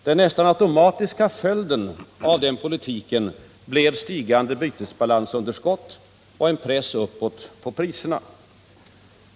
Den nästan automatiska följden av den politiken blev stigande bytesbalansunderskott och en press uppåt på priserna.